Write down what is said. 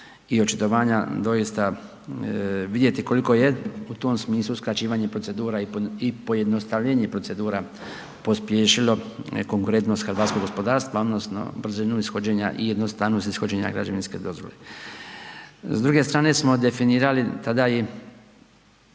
i očitovanja doista vidjeti koliko je u tom smislu skraćivanje procedura i pojednostavljenje procedura pospješilo ne konkurentnost hrvatskog gospodarstva odnosno brzinu ishođenja i jednostavnost ishođenja građevinske dozvole. S druge strane smo definirali tada i